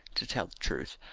to tell the truth,